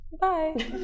Bye